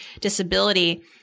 disability